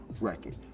record